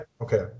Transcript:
okay